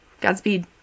Godspeed